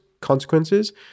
consequences